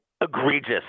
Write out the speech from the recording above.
egregious